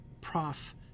Prof